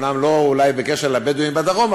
אומנם לא בקשר לבדואים בדרום,